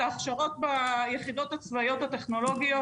להכשרות ביחידות הצבאיות הטכנולוגיות.